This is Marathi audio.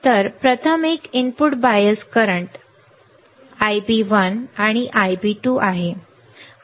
तर प्रथम एक इनपुट बायस चालू Ib1 आणि Ib2 आहे